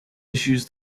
issues